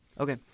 Okay